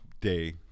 day